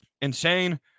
insane